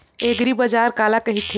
एग्रीबाजार काला कइथे?